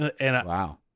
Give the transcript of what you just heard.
Wow